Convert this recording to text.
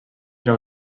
era